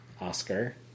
oscar